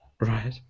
Right